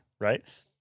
Right